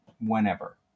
whenever